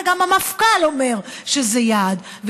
וגם המפכ"ל אומר שזה יעד.